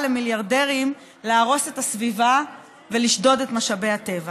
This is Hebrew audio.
למיליארדרים להרוס את הסביבה ולשדוד את משאבי הטבע.